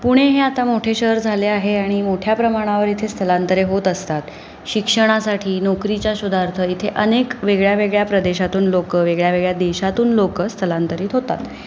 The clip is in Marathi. पुणे हे आता मोठे शहर झाले आहे आणि मोठ्या प्रमाणावर इथे स्थलांतरे होत असतात शिक्षणासाठी नोकरीच्या शोधार्थ इथे अनेक वेगळ्या वेगळ्या प्रदेशातून लोकं वेगळ्या वेगळ्या देशातून लोकं स्थलांतरित होतात